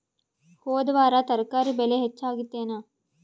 ಹೊದ ವಾರ ತರಕಾರಿ ಬೆಲೆ ಹೆಚ್ಚಾಗಿತ್ತೇನ?